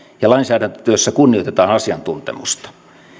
ja lainsäädäntötyössä kunnioitetaan asiantuntemusta